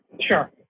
sure